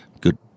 good